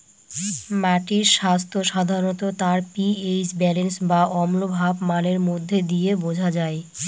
মাটির স্বাস্থ্য সাধারনত তার পি.এইচ ব্যালেন্স বা অম্লভাব মানের মধ্যে দিয়ে বোঝা যায়